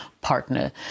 partner